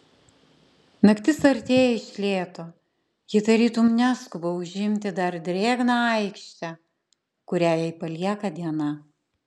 naktis artėja iš lėto ji tarytum neskuba užimti dar drėgną aikštę kurią jai palieka diena